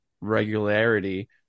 regularity